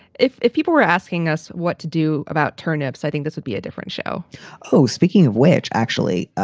if if people were asking us what to do about turnips, i think this would be a different show oh, speaking of which, actually,